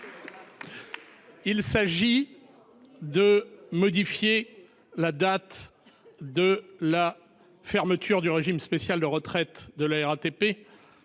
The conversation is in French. Il s'agit de modifier la date de la fermeture du régime spécial de retraite de la RATP,